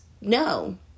no